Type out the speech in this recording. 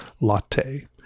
latte